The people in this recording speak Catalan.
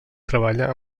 treballa